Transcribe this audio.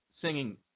singing